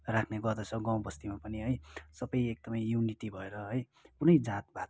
राख्ने गर्दछ गाउँ बस्तीमा पनि है सबै एकदमै युनिटी भएर है कुनै जातपात